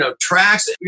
tracks